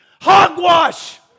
Hogwash